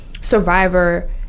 survivor